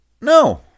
no